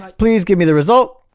please give me the result